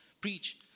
preach